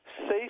Safe